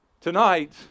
Tonight